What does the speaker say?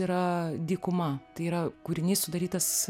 yra dykuma tai yra kūrinys sudarytas